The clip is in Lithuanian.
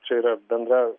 čia yra bendra